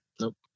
Nope